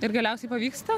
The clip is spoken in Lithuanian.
ir galiausiai pavyksta